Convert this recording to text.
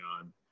on